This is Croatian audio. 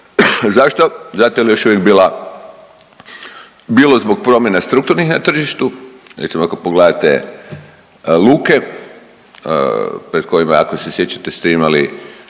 Zašto? Zato jer je još uvijek bila, bilo zbog promjena strukturnih na tržištu, recimo ako pogledate luke pred kojima ako se sjećate ste imali